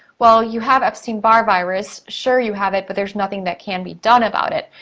well, you have epstein-barr virus, sure you have it, but there's nothing that can be done about it,